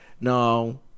no